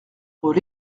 rue